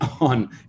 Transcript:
on